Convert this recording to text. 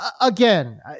again